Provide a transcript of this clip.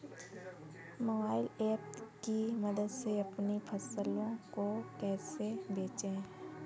Mobile app की मदद से अपनी फसलों को कैसे बेचें?